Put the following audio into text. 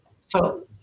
So-